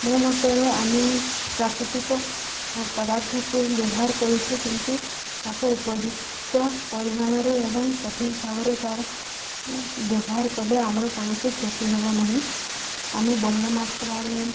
ମୋ ମତରେ ଆମେ ପ୍ରାକୃତିକ ପଦାର୍ଥକୁ ବ୍ୟବହାର କରୁଛୁ କିନ୍ତୁ ତାକୁ ଉପଯୁକ୍ତ ପରିମାଣରେ ଏବଂ ସଠିକ୍ ଭାବରେ ତା'ର ବ୍ୟବହାର କଲେ ଆମର କୌଣସି କ୍ଷତି ହେବ ନାହିଁ ଆମେ ବହୁଳ ମାତ୍ରାରେ